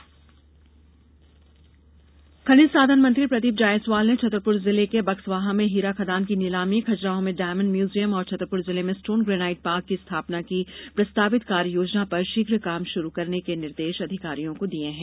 खनिज पार्क खनिज साधन मंत्री प्रदीप जायसवाल ने छतरपुर जिले के बक्सवाहा में हीरा खदान की नीलामी खजुराहों में डायमंड म्यूजियम और छतरपुर जिले में स्टोन ग्रेनाइट पार्क की स्थापना की प्रस्तावित कार्ययोजना पर शीघ काम शुरू करने के निर्देश अधिकारियों को दिये हैं